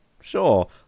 Sure